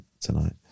tonight